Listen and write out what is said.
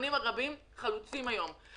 במובנים רבים אנחנו חלוצים היום.